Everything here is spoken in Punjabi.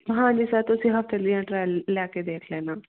ਹਾਂਜੀ ਸਰ ਤੁਸੀਂ ਹਫਤੇ ਲਈ ਐਂ ਟਰਾਇਲ ਲੈ ਕੇ ਦੇਖ ਲੈਣਾ